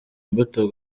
imbuto